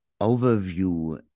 overview